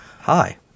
hi